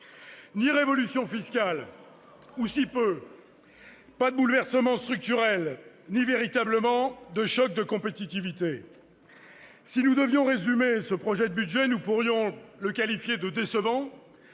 Ni révolution fiscale- ou si peu -, ni bouleversement structurel, ni véritable choc de compétitivité ! Si nous devions résumer ce projet de budget, nous pourrions le qualifier de « décevant